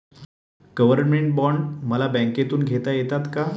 Government bond मला बँकेमधून घेता येतात का?